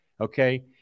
okay